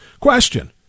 Question